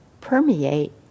permeate